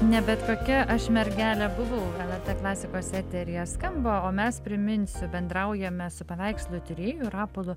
ne bet kokia aš mergelė buvau lrt klasikos eteryje skamba o mes priminsiu bendraujame su paveikslų tyrėju rapolu